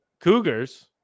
Cougars